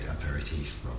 aperitif